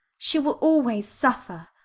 she will always suffer.